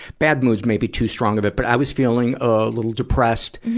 bad moods maybe too strong of it, but i was feeling a little depressed.